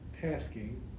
tasking